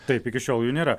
taip iki šiol jų nėra